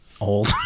old